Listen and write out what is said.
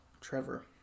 Trevor